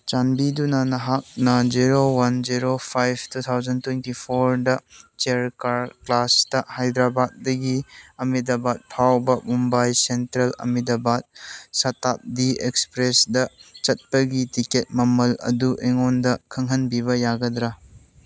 ꯆꯥꯟꯕꯤꯗꯨꯅ ꯅꯍꯥꯛꯅ zero one zero five two thousand twenty ꯐꯣꯔꯗ ꯆꯦꯌꯥꯔ ꯀꯥꯔ ꯀ꯭ꯂꯥꯁꯇ ꯍꯥꯏꯗ꯭ꯔꯕꯥꯗꯇꯤꯒꯤ ꯑꯥꯍꯃꯗꯕꯥꯗ ꯐꯥꯎꯕ ꯃꯨꯝꯕꯥꯏ ꯁꯦꯟꯇ꯭ꯔꯦꯜ ꯑꯥꯍꯃꯗꯕꯥꯗ ꯁꯥꯇꯥꯕ꯭ꯔꯤ ꯑꯦꯛꯁꯄ꯭ꯔꯦꯁꯇ ꯆꯠꯄꯒꯤ ꯇꯤꯛꯀꯦꯠ ꯃꯃꯜ ꯑꯗꯨ ꯑꯩꯉꯣꯅꯗ ꯈꯪꯍꯟꯕꯤꯕ ꯌꯥꯒꯗ꯭ꯔ